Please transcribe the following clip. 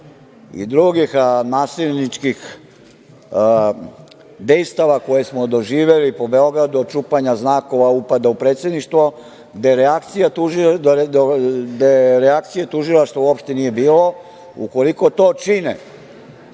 i drugih nasilničkih dejstava koje smo doživeli po Beogradu od čupanja znakova, upada u Predsedništvo, gde reakcije tužilaštva uopšte nije bilo. Ukoliko to čine